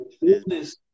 business